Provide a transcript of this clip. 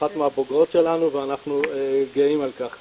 היא אחת מהבוגרות שלנו ואנחנו גאים על כך.